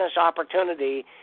opportunity